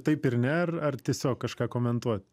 taip ir ne ar ar tiesiog kažką komentuot